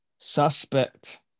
Suspect